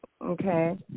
Okay